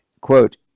quote